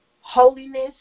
holiness